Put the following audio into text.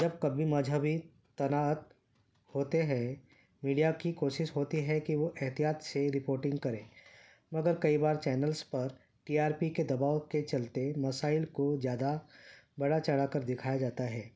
جب کبھی مذہبی تناعت ہوتے ہے میڈیا کی کوشش ہوتی ہے کہ وہ احتیاط سے رپورٹنگ کریں مگر کئی بار چینلس پر ٹی آر پی کے دباؤ کے چلتے مسائل کو جیادہ بڑا چڑھا کر دکھایا جاتا ہے